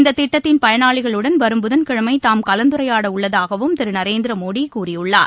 இந்ததிட்டத்தின் பயனாளிகளுடன் புதன் கிழமைதாம் கலந்துரையாடவுள்ளதாகவும் வரும் திருநரேந்திரமோடகூறியுள்ளார்